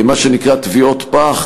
מה שנקרא "תביעות פח",